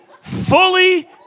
fully